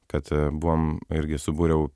kad buvom irgi subūriau